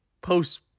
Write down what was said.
post-